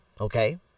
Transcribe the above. Okay